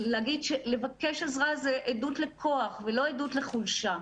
לבקש עזרה זה עדות לכוח ולא עדות לחולשה.